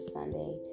Sunday